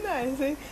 what the shit